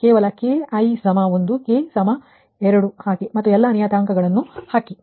ಕೇವಲ k i 1 k 2 ಹಾಕಿ ಮತ್ತು ಎಲ್ಲಾ ನಿಯತಾಂಕಗಳನ್ನು ಹಾಕಿ